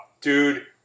Dude